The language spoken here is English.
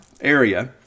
area